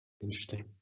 Interesting